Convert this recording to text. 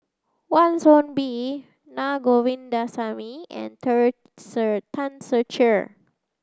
Wan Soon Bee Na Govindasamy and Ter Ser Tan Ser Cher